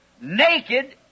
naked